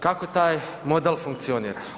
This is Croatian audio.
Kako taj model funkcionira?